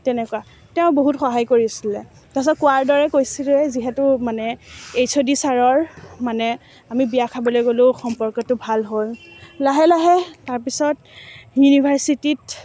তেনেকুৱা তেওঁ বহুত সহায় কৰিছিলে তাৰ পিছত কোৱাৰ দৰে কৈছিলোঁৱে যিহেতু মানে এইচ অ' ডি ছাৰৰ মানে আমি বিয়া খাবলে গলোঁ সম্পৰ্কটো ভাল হ'ল লাহে লাহে তাৰ পিছত ইউনিভাৰ্ছিটিত